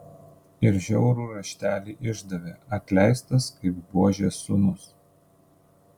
ir žiaurų raštelį išdavė atleistas kaip buožės sūnus